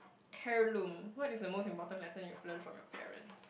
heirloom what is the most important lesson you learnt from your parents